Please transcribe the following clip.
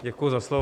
Děkuji za slovo.